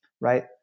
right